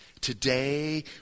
Today